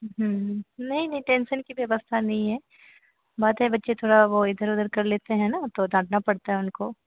हूँ नहीं नहीं टेन्शन की व्यवस्था नहीं है बात है बच्चे थोड़ा वह इधर उधर कर लेते हैं ना तो डाँटना पड़ता है उनको